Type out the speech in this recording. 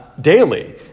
daily